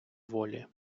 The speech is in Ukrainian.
волі